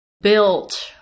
built